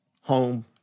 home